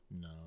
No